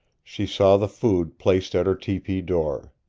she saw the food placed at her tepee door.